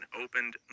opened